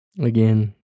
Again